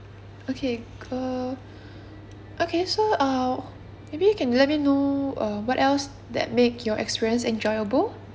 okay err okay so err maybe you can let me know err what else that make your experience enjoyable